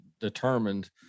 determined